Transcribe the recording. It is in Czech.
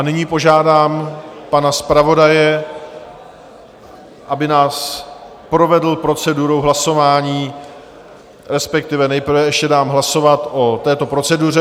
Nyní požádám pana zpravodaje, aby nás provedl procedurou hlasování, respektive nejprve dám ještě hlasovat o této proceduře.